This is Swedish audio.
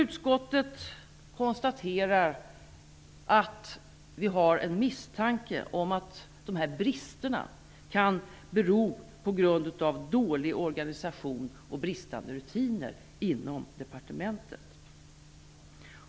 Utskottet konstaterar att det finns en misstanke om att bristerna kan beror på dålig organisation och bristande rutiner inom departementet.